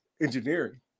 Engineering